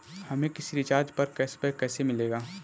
हमें किसी रिचार्ज पर कैशबैक कैसे मिलेगा?